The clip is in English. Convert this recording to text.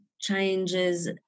changes